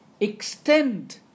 extend